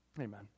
amen